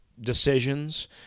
decisions